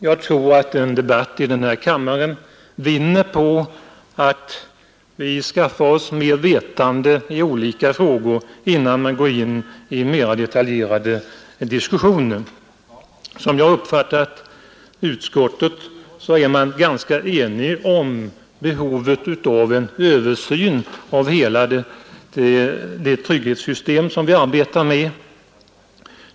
Jag tror att en debatt i kammaren vinner på att vi skaffar oss mer vetande i olika frågor innan vi går in i mera detaljerade diskussioner. Som jag har uppfattat utskottet är man ganska enig om behovet av en översyn av hela det trygghetssystem som vi arbetar med.